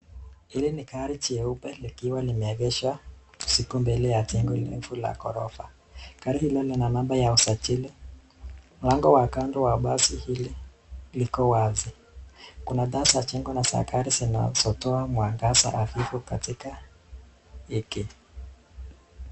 Hili ni gari jeupe likiwa limeegeshwa usiku mbele ya jengo refu la ghorofa. Gari hilo lina namba ya usajili. Mlango wa kando wa basi hili liko wazi. Kuna taa za jengo na za gari zinazotoa mwangaza hafifu katika hiki.